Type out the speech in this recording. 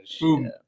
Boom